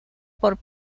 por